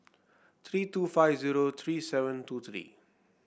three two five zero three seven two three